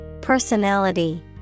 Personality